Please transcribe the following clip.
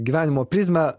gyvenimo prizmę